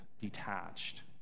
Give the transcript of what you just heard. detached